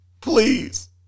please